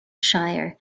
shire